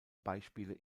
beispiele